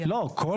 לא, יש בעיה.